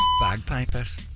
bagpipers